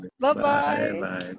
Bye-bye